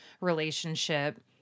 relationship